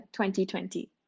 2020